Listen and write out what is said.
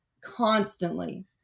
constantly